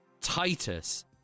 titus